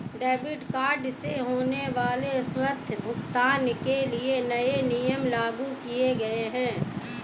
debit card से होने वाले स्वतः भुगतान के लिए नए नियम लागू किये गए है